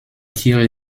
tiere